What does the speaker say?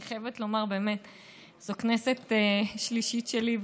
אני חייבת לומר, זו כנסת שלישית שלי.